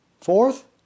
Fourth